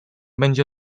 będzie